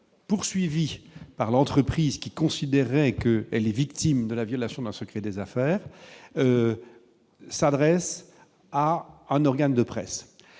poursuivies par une entreprise qui se considèrerait victime de la violation d'un secret des affaires s'adressent à un organe de presse.